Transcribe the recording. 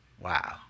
Wow